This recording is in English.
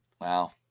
wow